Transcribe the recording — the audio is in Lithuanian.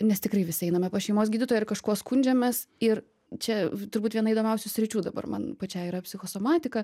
nes tikrai visi einame pas šeimos gydytoją ir kažkuo skundžiamės ir čia turbūt viena įdomiausių sričių dabar man pačiai yra psichosomatika